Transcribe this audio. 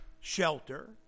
shelter